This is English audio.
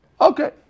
Okay